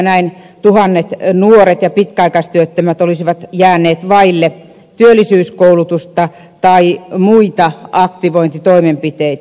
näin tuhannet nuoret ja pitkäaikaistyöttömät olisivat jääneet vaille työllisyyskoulutusta tai muita aktivointitoimenpiteitä